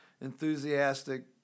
enthusiastic